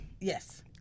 Yes